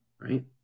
right